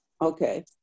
Okay